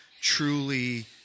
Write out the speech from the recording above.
truly